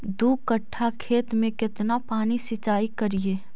दू कट्ठा खेत में केतना पानी सीचाई करिए?